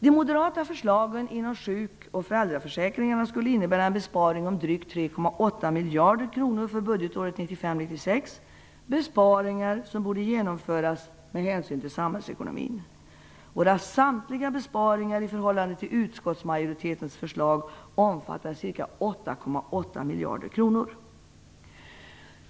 De moderata förslagen inom sjuk och föräldraförsäkringarna skulle innebära en besparing om drygt 3,8 miljarder kronor för budgetåret 1995/96, besparingar som borde genomföras med hänsyn till samhällsekonomin. Samtliga våra besparingar i förhållande till utskottsmajoritetens förslag omfattar ca 8,8 miljarder kronor.